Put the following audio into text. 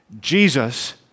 Jesus